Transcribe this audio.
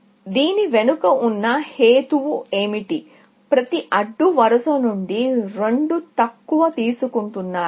దీని వెనుక ఉన్న హేతుబద్ధత ఏమిటి ప్రతి అడ్డు వరుస నుండి రెండు తక్కువ తీసుకుంటున్నారా